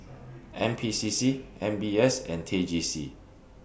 N P C C M B S and T J C